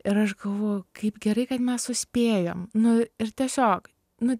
ir aš galvojau kaip gerai kad mes suspėjom nu ir tiesiog nu